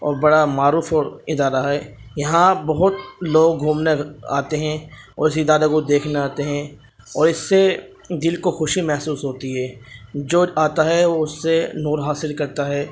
اور بڑا معروف اور ادارہ ہے یہاں بہت لوگ گھومنے آتے ہیں اور اس ادارے کو دیکھنے آتے ہیں اور اس سے دل کو خوشی محسوس ہوتی ہے جو آتا ہے وہ اس سے نور حاصل کرتا ہے